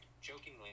jokingly